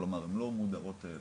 כלומר הן לא מודרות לחלוטין,